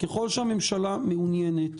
ככל שהממשלה מעוניינת